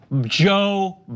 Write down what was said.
Joe